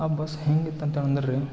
ಆ ಬಸ್ ಹೆಂಗೆ ಇತ್ತು ಅಂತೇಳಿ ಅಂದರೆ ರಿ